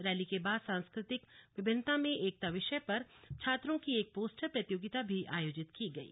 rally के बाद सांस्कृतिक विभिन्नता में एकता विषय पर छात्रों की एक पोस्टर प्रतियोगिता भी आयोजित की गई